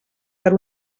per